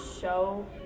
show